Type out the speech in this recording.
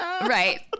right